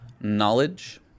Knowledge